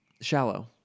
Shallow